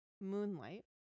Moonlight